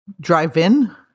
drive-in